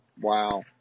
Wow